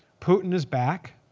putin is back.